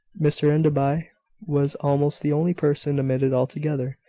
mr enderby was almost the only person omitted altogether,